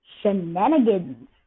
shenanigans